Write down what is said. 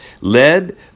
led